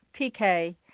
PK